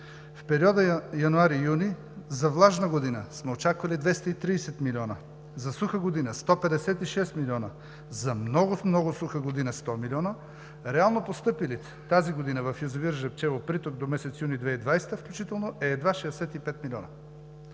в периода януари – юни за влажна година сме очаквали 230 милиона, за суха година – 156 милиона, за много, много суха година – 100 милиона. Реално постъпилите тази година в язовир „Жребчево“ приток до месец юни 2020-а включително е едва 65 милиона!